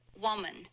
woman